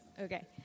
Okay